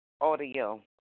audio